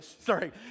Sorry